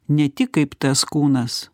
ne tik kaip tas kūnas